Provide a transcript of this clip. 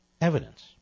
evidence